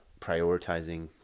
prioritizing